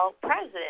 president